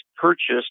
purchased